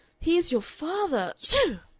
he is your father. shooh!